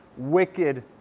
Wicked